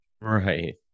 right